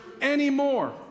anymore